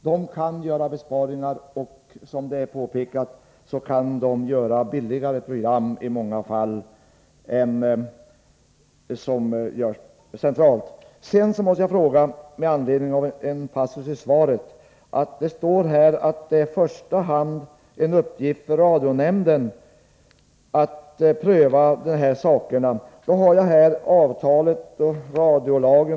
De kan göra besparingar och kan i många fall producera billigare program än de som görs centralt. Sedan måste jag med anledning av en passus i svaret få ställa en fråga. Det står i svaret att det i första hand är en uppgift för radionämnden att pröva huruvida Riksradion följt de regler och riktlinjer som gäller för verksamheten. Jag har här avtalet och radiolagen.